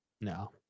No